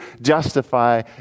justify